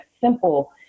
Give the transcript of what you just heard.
simple